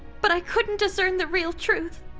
but i couldn't discern the real truth.